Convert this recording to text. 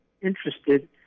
interested